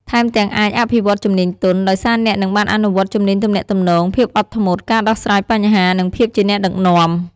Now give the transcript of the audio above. ថែមទាំងអាចអភិវឌ្ឍជំនាញទន់ ដោយសារអ្នកនឹងបានអនុវត្តជំនាញទំនាក់ទំនង ភាពអត់ធ្មត់ ការដោះស្រាយបញ្ហា និងភាពជាអ្នកដឹកនាំ។